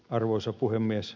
arvoisa puhemies